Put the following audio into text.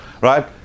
Right